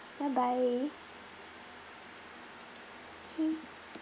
bye bye okay